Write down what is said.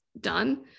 done